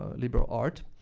ah liberal art.